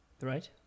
Right